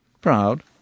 Proud